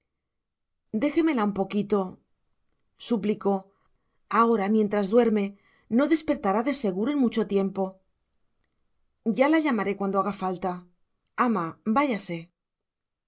brazos déjemela un poquito suplicó ahora mientras duerme no despertará de seguro en mucho tiempo ya la llamaré cuando haga falta ama váyase